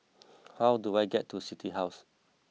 how do I get to City House